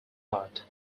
lot